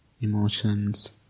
emotions